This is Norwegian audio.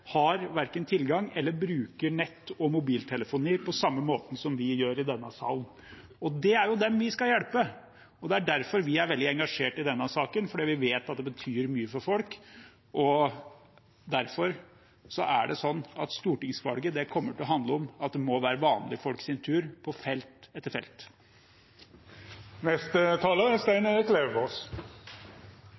verken har tilgang til eller bruker internett og mobiltelefoni på samme måte som vi i denne salen gjør. Det er dem vi skal hjelpe. Det er derfor vi er veldig engasjerte i denne saken, for vi vet at det betyr mye for folk. Derfor kommer stortingsvalget til å handle om at det må være vanlige folks tur – på felt etter